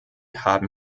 haben